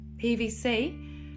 PVC